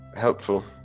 helpful